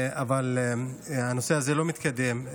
אבל הנושא הזה לא מתקדם.